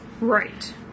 Right